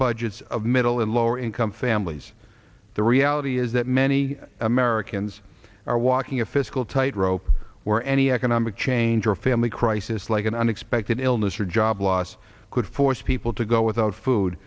budgets of middle and lower income families the reality is that many americans are walking a fiscal tightrope where any economic change or family crisis like an unexpected illness or job loss could force people to go without food